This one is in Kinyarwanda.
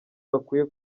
bakwiye